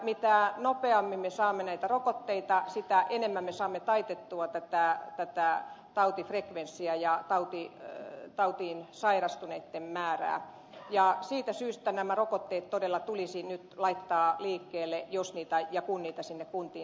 mitä nopeammin me saamme näitä rokotteita sitä enemmän me saamme taitettua tätä tautifrekvenssiä ja tautiin sairastuneitten määrää ja siitä syystä nämä rokotteet todella tulisi nyt laittaa liikkeelle jos ja kun niitä sinne kuntiin saadaan